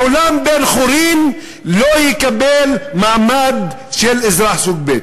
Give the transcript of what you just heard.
לעולם בן-חורין לא יקבל מעמד של אזרח סוג ב'.